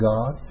God